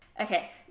Okay